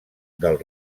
del